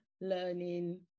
learning